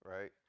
right